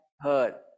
heard